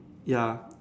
ya